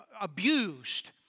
abused